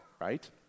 right